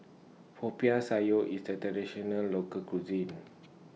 Popiah Sayur IS A Traditional Local Cuisine